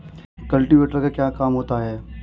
Cultivator का क्या काम होता है?